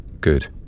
Good